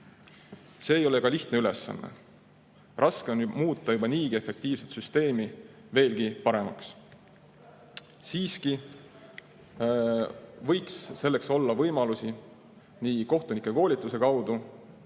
See ei ole lihtne ülesanne. Raske on muuta juba niigi efektiivset süsteemi veelgi paremaks. Siiski võiks selleks olla võimalusi kohtunike koolituse kaudu,